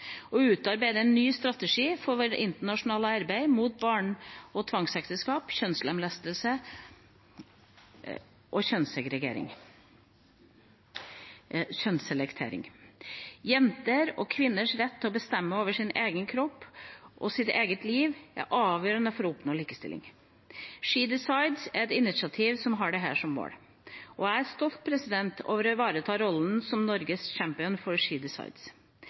å bestemme over sin egen kropp og sitt eget liv er avgjørende for å oppnå likestilling. «SheDecides» er et initiativ som har dette som mål. Jeg er stolt over å ivareta rollen som Norges «SheDecides Champion». Regjeringa har økt innsatsen for